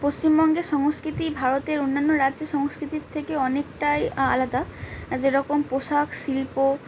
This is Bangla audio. পশ্চিমবঙ্গের সংস্কৃতি ভারতের অন্যান্য রাজ্য সংস্কৃতির থেকে অনেকটাই আলাদা যেরকম পোশাক শিল্প